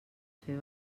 fer